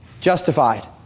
justified